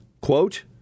quote